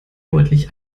deutlich